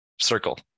circle